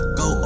go